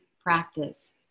practice